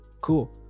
cool